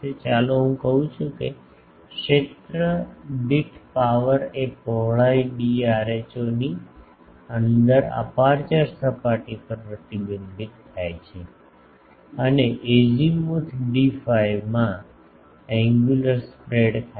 ચાલો હું કહું છું કે ક્ષેત્ર દીઠ પાવર એ પહોળાઈ ડી rho ની અંદરની અપેર્ચર સપાટી પર પ્રતિબિંબિત થાય છે અને એજીમુથ ડી ફાઇમાં એન્ગ્યુલર સ્પ્રેડ થાય છે